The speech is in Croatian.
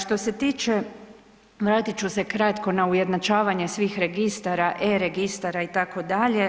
Što se tiče, vratit ću se kratko na ujednačavanje svih registara, e-Registara, itd.